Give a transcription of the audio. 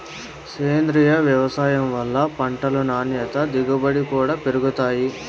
సేంద్రీయ వ్యవసాయం వల్ల పంటలు నాణ్యత దిగుబడి కూడా పెరుగుతాయి